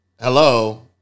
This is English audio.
Hello